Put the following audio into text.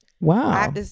Wow